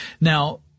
Now